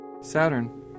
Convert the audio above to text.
Saturn